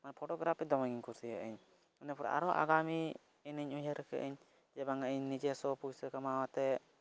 ᱚᱱᱟ ᱯᱷᱚᱴᱳᱜᱨᱟᱯᱷᱤ ᱫᱚᱢᱮᱧ ᱠᱩᱥᱤᱭᱟᱜᱼᱟᱹᱧ ᱤᱱᱟᱹᱯᱚᱨᱮ ᱟᱨᱦᱚᱸ ᱟᱜᱟᱢᱤ ᱫᱤᱱᱤᱧ ᱩᱭᱦᱟᱹᱨ ᱠᱟᱜᱼᱟᱹᱧ ᱡᱮ ᱵᱟᱝᱼᱟ ᱤᱧ ᱱᱤᱡᱮᱥᱥᱚ ᱯᱩᱭᱥᱟᱹ ᱠᱟᱢᱟᱣᱟᱛᱮ